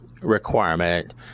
requirement